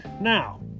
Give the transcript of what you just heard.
Now